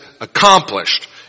accomplished